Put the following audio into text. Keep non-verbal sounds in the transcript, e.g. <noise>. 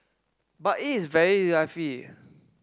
but it is very <unintelligible>